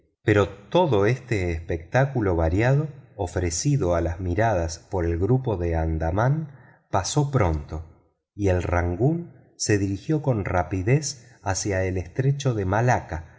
pero todo este espectáculo variado ofrecido a las miradas por el grupo de las andaman pasó pronto y el rangoon se dirigió con rapidez hacia el estrecho de malaca